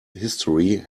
history